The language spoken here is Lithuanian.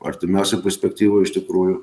artimiausioj perspektyvoj iš tikrųjų